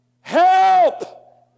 help